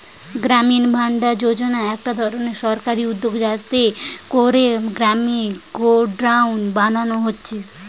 গ্রামীণ ভাণ্ডার যোজনা একটা ধরণের সরকারি উদ্যগ যাতে কোরে গ্রামে গোডাউন বানানা হচ্ছে